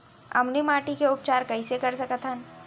अम्लीय माटी के उपचार कइसे कर सकत हन?